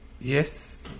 Yes